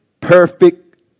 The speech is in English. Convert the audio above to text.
perfect